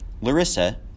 Larissa